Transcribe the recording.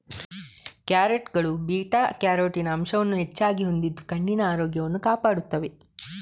ಕ್ಯಾರೆಟುಗಳು beta carotene ಅಂಶವನ್ನು ಹೆಚ್ಚಾಗಿ ಹೊಂದಿದ್ದು ಕಣ್ಣಿನ ಆರೋಗ್ಯವನ್ನು ಕಾಪಾಡುತ್ತವೆ